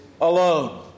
alone